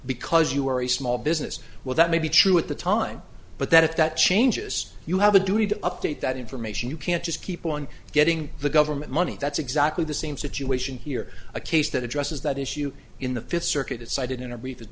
because you are a small business well that may be true at the time but that if that changes you have a duty to update that information you can't just keep on getting the government money that's exactly the same situation here a case that addresses that issue in the fifth circuit as cited